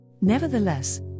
Nevertheless